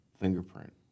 fingerprint